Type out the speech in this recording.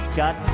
got